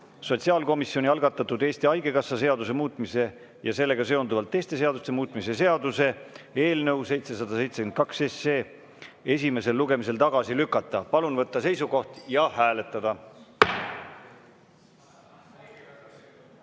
sotsiaalkomisjoni algatatud Eesti Haigekassa seaduse muutmise ja sellega seonduvalt teiste seaduste muutmise seaduse eelnõu 772 esimesel lugemisel tagasi lükata. Palun võtta seisukoht ja hääletada!